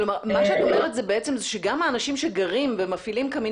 את אומרת שגם האנשים שמפעילים קמין